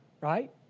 right